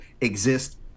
exist